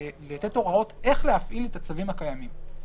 לתת הוראות איך להפעיל את הצווים הקיימים.